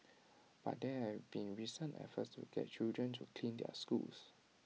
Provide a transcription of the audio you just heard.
but there have been recent efforts to get children to clean their schools